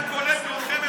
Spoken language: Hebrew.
זה נכון,